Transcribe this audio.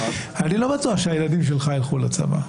אני לא בטוח שהילדים שלך ילכו לצבא.